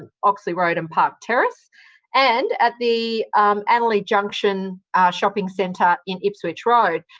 oxley road and park terrace and at the annerley junction shopping centre in ipswich road.